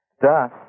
Thus